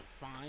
fine